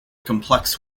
complex